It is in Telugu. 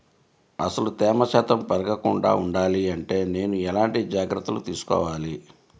అసలు తేమ శాతం పెరగకుండా వుండాలి అంటే నేను ఎలాంటి జాగ్రత్తలు తీసుకోవాలి?